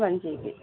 one G B